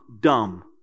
dumb